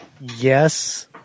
yes